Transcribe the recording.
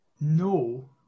No